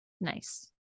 nice